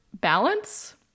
balance